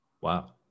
Wow